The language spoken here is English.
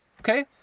Okay